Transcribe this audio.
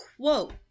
quote